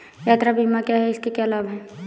यात्रा बीमा क्या है इसके क्या लाभ हैं?